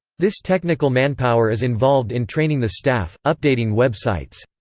this technical manpower is involved in training the staff, updating web sites.